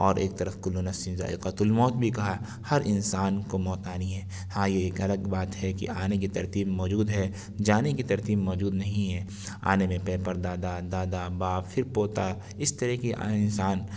اور ایک طرف كل نفس ذائقة الموت بھی کہا ہر انسان کو موت آنی ہے ہاں یہ ایک الگ بات ہے کہ آنے کی ترتیب موجود ہے جانے کی ترتیب موجود نہیں ہے آنے میں پہ پر دادا دادا باپ پھر پوتا اس طرح کہ انسان